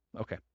Okay